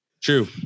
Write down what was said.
true